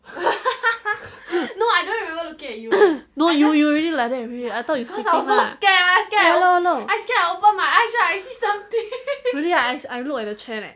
no you you already like that already I thought you sleeping lah no no really ah I look at the chair leh